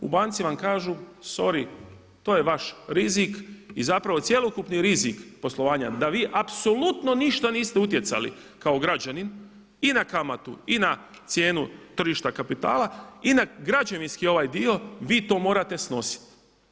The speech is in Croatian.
U banci vam kažu sory, to je vaš rizik i zapravo cjelokupni rizik poslovanja da vi apsolutno ništa niste utjecali kao građanin i na kamatu i na cijenu tržišta kapitala i na građevinski ovaj dio vi to morate snositi.